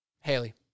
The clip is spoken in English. Haley